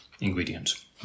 ingredients